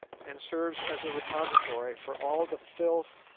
and serves as a repository for all the filth,